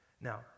Now